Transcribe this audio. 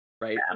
Right